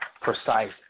precise